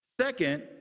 Second